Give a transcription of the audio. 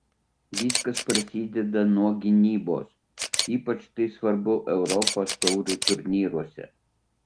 viskas prasideda nuo gynybos ypač tai svarbu europos taurių turnyruose